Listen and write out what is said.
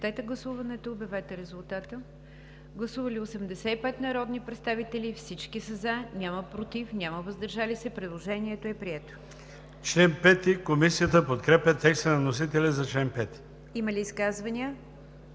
Има ли изказвания?